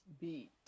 beat